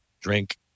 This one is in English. drink